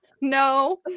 No